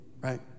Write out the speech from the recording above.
right